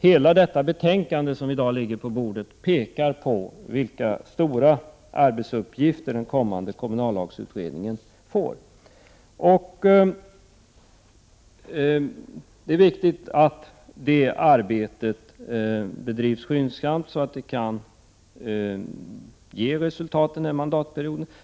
Hela det betänkande som i dag ligger på bordet pekar på vilka stora arbetsuppgifter den kommande kommunallagsutredningen får. Det är viktigt att detta arbete bedrivs skyndsamt, så att det kan ge resultat under mandatperioden.